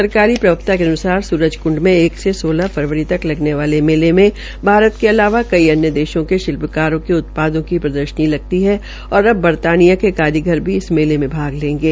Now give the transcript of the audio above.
सरकारी प्रवक्ता के अनुसार सूरजक्ंड में एक से सोलह फरवरी तक लगने वाले मेले में भारतके अलावा अन्य देशों के शिल्पकारों के उत्पादों की प्रदर्शनी लगती है और अब बरतानिया के कारीगर भी मेले में भाग लेंगे